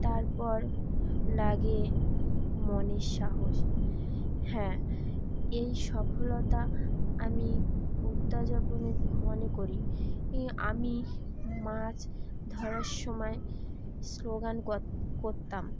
তারপর লাগে মনের সাহস হ্যাঁ এই সফলতা আমি মনে করি আমি মাছ ধরার সময় শ্লোগান করতাম